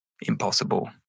impossible